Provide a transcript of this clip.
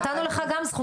נתנו לך גם זכות דיבור.